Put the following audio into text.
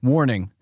Warning